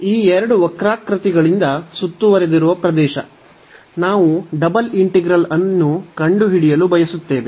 ಈ ಎರಡು ವಕ್ರಾಕೃತಿಗಳಿಂದ ಸುತ್ತುವರೆದಿರುವ ಪ್ರದೇಶ ನಾವು ಡಬಲ್ ಇಂಟಿಗ್ರಲ್ ಅನ್ನು ಕಂಡುಹಿಡಿಯಲು ಬಯಸುತ್ತೇವೆ